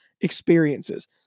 experiences